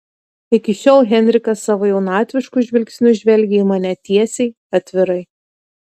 iki šiol henrikas savo jaunatvišku žvilgsniu žvelgė į mane tiesiai atvirai